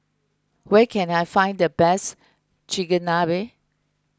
where can I find the best Chigenabe